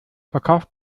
verkauft